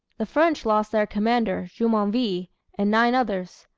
the french lost their commander, jumonville, and nine others.